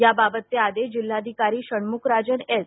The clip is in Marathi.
याबाबतचे आदेश जिल्हाधिकारी शण्मुगराजन एस